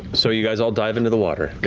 so you guys all dive into the water.